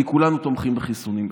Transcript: כי כולנו תומכים בחיסונים,